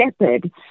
shepherd